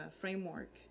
framework